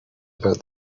about